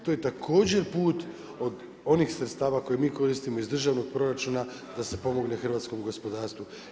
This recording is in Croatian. To je također put od onih sredstava koje mi koristimo iz državnog proračuna da se pomogne hrvatskom gospodarstvu.